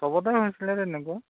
চবতে হৈছিলে তেনেকুৱা